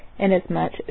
inasmuch